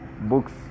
books